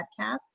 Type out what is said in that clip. podcast